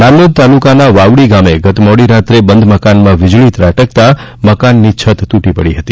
નાંદોદ તાલુકાના વાવડી ગામે ગત મોડી રાત્રે બંધ મકાનમાં વીજળી ત્રાટકતા મકાનની છત તૂટી પડી હતી